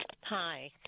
Hi